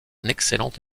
excellent